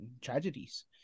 tragedies